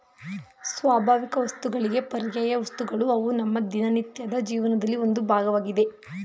ಸ್ವಾಭಾವಿಕವಸ್ತುಗಳಿಗೆ ಪರ್ಯಾಯವಸ್ತುಗಳು ಅವು ನಮ್ಮ ದಿನನಿತ್ಯದ ಜೀವನದಲ್ಲಿ ಒಂದು ಭಾಗವಾಗಿದೆ